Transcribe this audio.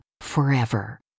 forever